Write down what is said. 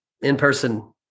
in-person